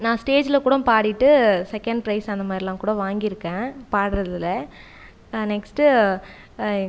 நான் ஸ்டேஜில் கூட பாடிட்டு செகண்ட் பிரைஸ் அந்த மாதிரிலாம் கூட வாங்கி இருக்க பாடுறதில் நான் நெக்ஸ்ட்